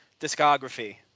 discography